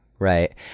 Right